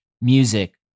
music